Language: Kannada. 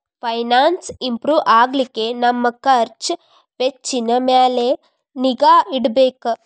ಫೈನಾನ್ಸ್ ಇಂಪ್ರೂ ಆಗ್ಲಿಕ್ಕೆ ನಮ್ ಖರ್ಛ್ ವೆಚ್ಚಿನ್ ಮ್ಯಾಲೆ ನಿಗಾ ಇಡ್ಬೆಕ್